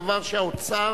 דבר שהאוצר